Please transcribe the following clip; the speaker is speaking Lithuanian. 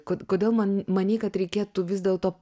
ko kodėl man manei kad reikėtų vis dėlto